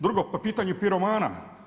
Drugo po pitanju piromana.